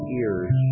ears